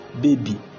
baby